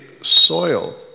soil